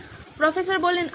professor আর কি